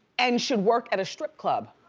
and should work at a strip club.